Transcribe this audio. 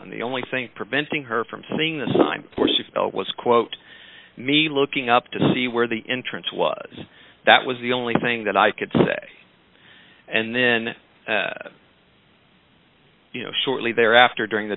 and the only thing preventing her from seeing the sign was quote me looking up to see where the entrance was that was the only thing that i could say and then you know shortly thereafter during the